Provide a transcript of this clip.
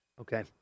Okay